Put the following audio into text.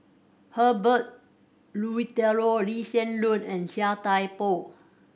Herbert Eleuterio Lee Hsien Loong and Chia Thye Poh